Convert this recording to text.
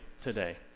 today